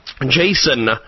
Jason